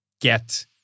get